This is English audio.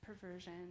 perversion